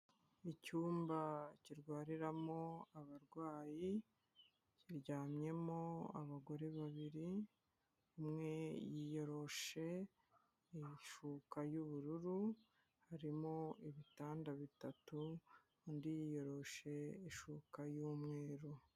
Icyumba kirwariramo abarwayi kiryamyemo abagore babiri, umwe yiyoroshe ishuka y'ubururu, harimo ibitanda bitatu, undi yiyoroshe ishuka y'umweru.